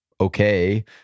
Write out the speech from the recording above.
okay